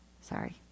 Sorry